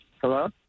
Hello